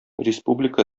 республика